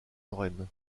lorraine